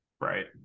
Right